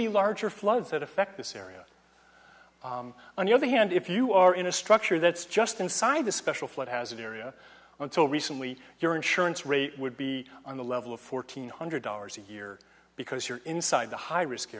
be larger floods that affect this area on the other hand if you are in a structure that's just inside the special flood has an area until recently your insurance rate would be on the level of fourteen hundred dollars a year because you're inside the high risk